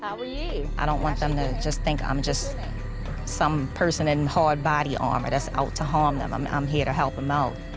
are you? i don't want them to just think i'm just some person in hard body armor that's out to harm them. i'm i'm here to help them out.